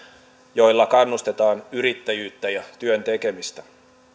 joilla kannustetaan yrittäjyyttä ja työn tekemistä